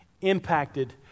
impacted